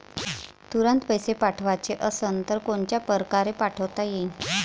तुरंत पैसे पाठवाचे असन तर कोनच्या परकारे पाठोता येईन?